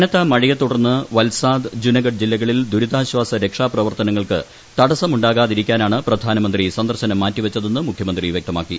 കനത്ത മഴയെത്തുടർന്ന് വൽസാദ് ജൂന്മാഡ് ജില്ലകളിൽ ദുരിതാശ്ചാസ രക്ഷാ പ്രവർത്തനങ്ങൾക്ക് തടസമുണ്ടാകാതിരിക്കാനാണ് പ്രധാനമന്ത്രി സന്ദർശനം മാണ്ണ്ട് മുഖ്യമന്ത്രി വ്യക്തമാക്കി